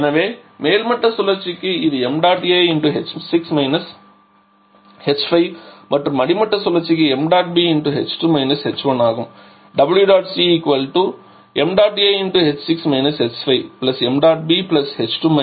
எனவே மேல்மட்ட சுழற்சிக்கு இது ṁA மற்றும் அடிமட்ட சுழற்சிக்கு ṁB ஆகும் W dot C ṁA h6 - h5 ṁB h2 - h1 1